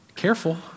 careful